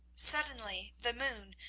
suddenly the moon,